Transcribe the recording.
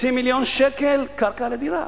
חצי מיליון שקל, קרקע לדירה.